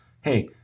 Hey